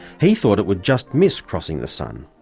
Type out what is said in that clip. he thought it would just miss crossing the sun.